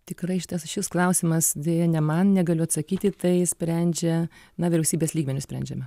tikrai šitas išvis klausimas deja ne man negaliu atsakyti tai sprendžia na vyriausybės lygmenis sprendžiame